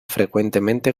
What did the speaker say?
frecuentemente